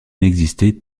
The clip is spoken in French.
n’existait